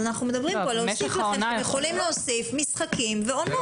ואנחנו מדברים על זה שאתם יכולים להוסיף משחקים ועונות.